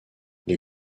les